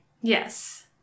Yes